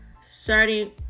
Starting